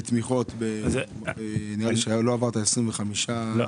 לתמיכות, שלא עבר את ה-25%.